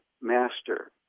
master